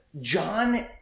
John